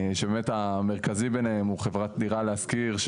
שבאמת המרכזי ביניהם הוא חברת דירה להשכיר,